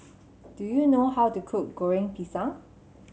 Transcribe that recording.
do you know how to cook Goreng Pisang